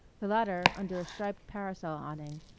the latter under a striped parasol-awning,